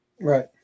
Right